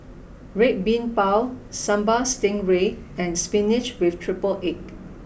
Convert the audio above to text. Red Bean Bao Sambal Stingray and Spinach with Triple Egg